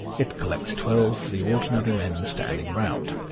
it collects twelve of the ordinary men standing round.